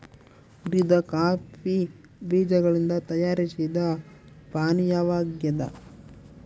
ಹುರಿದ ಕಾಫಿ ಬೀಜಗಳಿಂದ ತಯಾರಿಸಿದ ಪಾನೀಯವಾಗ್ಯದ